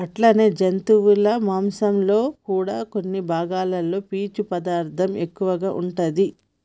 అట్లనే జంతువుల మాంసంలో కూడా కొన్ని భాగాలలో పీసు పదార్థం ఎక్కువగా ఉంటాది